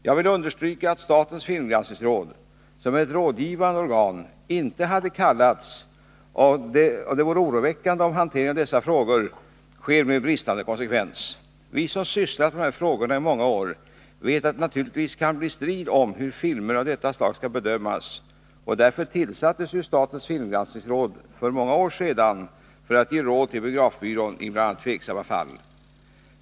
Jag vill understryka att statens filmgranskningsråd — som är ett rådgivande organ — inte hade kallats, och det vore oroväckande om hanteringen av dessa frågor sker med bristande konsekvens. Vi som har sysslat med dessa frågor i många år vet att det naturligtvis kan bli strid om hur filmer av detta slag skall bedömas. Därför tillsattes statens filmgranskningsråd för många år sedan för att ge råd till biografbyrån i bl.a. tvivelaktiga fall.